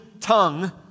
tongue